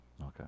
Okay